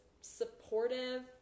supportive